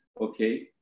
okay